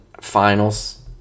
finals